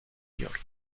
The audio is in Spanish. york